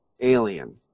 alien